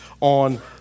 on